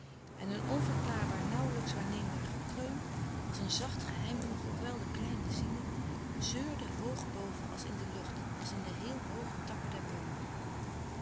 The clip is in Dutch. en een onverklaarbaar nauwlijks waarneembaar gekreun als een zacht geheim van gekwelde kleine zielen zeurde hoog boven als in de lucht als in de heel hooge takken der boomen